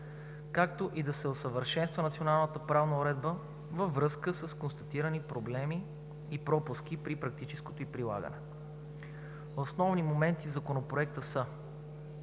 както и да се усъвършенства националната правна уредба във връзка с констатирани пропуски и проблеми при практическото ѝ прилагане. Основните моменти в Законопроекта са: